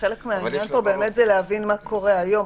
חלק מהעניין פה זה להבין מה קורה היום.